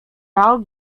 our